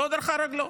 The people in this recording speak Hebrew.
לא דרכה רגלו.